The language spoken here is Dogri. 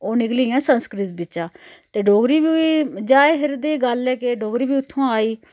ओह निकली दियां संस्कृत बिच्चा ते डोगरी बी जाहिर देई गल्ल ऐ कि डोगरी बी उत्थुआं आई